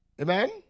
Amen